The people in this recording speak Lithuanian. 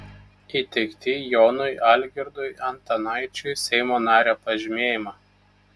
įteikti jonui algirdui antanaičiui seimo nario pažymėjimą